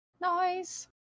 Nice